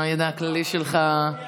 הידע הכללי שלך, שאלה,